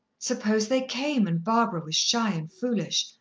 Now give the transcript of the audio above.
suppose they came, and barbara was shy and foolish,